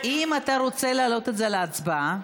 רוצה להעלות את זה להצבעה,